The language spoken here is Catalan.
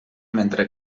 mentre